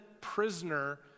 prisoner